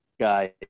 guy